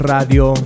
Radio